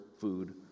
food